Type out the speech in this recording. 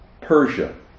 Persia